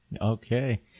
okay